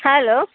hello